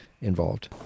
involved